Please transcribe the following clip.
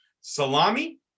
Salami